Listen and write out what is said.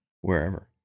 wherever